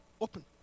open